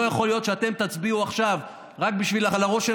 לא יכול להיות שאתם תצביעו עכשיו רק על הראש של